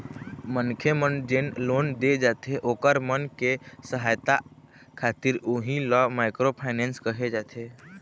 मनखे मन जेन लोन दे जाथे ओखर मन के सहायता खातिर उही ल माइक्रो फायनेंस कहे जाथे